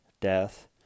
Death